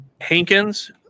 Hankins